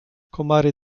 komary